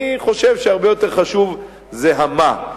אני חושב שהרבה יותר חשוב זה ה"מה".